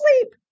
sleep